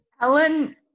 Ellen